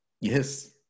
Yes